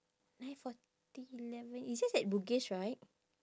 nine forty eleven it's just at bugis right